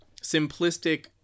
simplistic